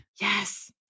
Yes